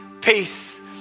peace